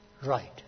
Right